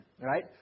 right